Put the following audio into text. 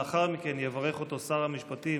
לאחר מכן יברך אותו שר המשפטים